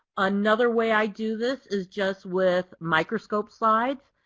another way i do this is just with microscope slides.